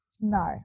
no